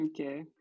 Okay